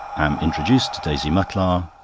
am introduced to daisy mutlar.